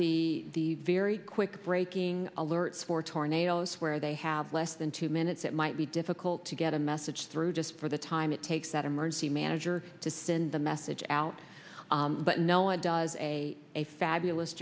the very quick breaking alerts for tornadoes where they have less than two minutes it might be difficult to get a message through just for the time it takes that emergency manager to send the message out but no one does a a fabulous